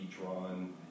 drawn